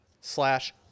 slash